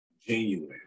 genuine